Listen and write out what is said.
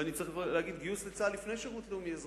ואני צריך להגיד גיוס לצה"ל לפני שירות לאומי אזרחי.